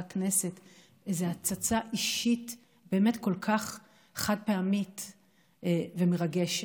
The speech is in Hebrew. הכנסת איזו הצצה אישית כל כך חד-פעמית ומרגשת.